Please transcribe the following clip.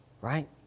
Right